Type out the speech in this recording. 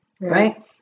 right